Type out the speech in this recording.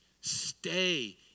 Stay